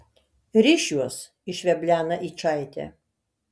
rišiuos išveblena yčaitė